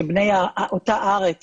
שבני אותה ארץ